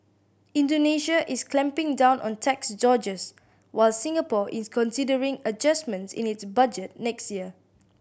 Indonesia is clamping down on tax dodgers while Singapore is considering adjustments in its budget next year